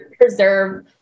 preserve